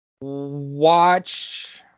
Watch